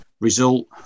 result